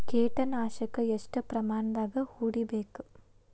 ಕೇಟ ನಾಶಕ ಎಷ್ಟ ಪ್ರಮಾಣದಾಗ್ ಹೊಡಿಬೇಕ?